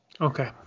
okay